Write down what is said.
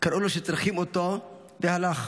קראו לו, היו צריכים אותו, והוא הלך.